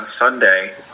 Sunday